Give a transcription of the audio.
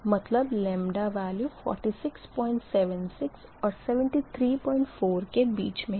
मतलब वेल्यू 4676 और 734 के बीच मे है